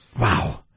Wow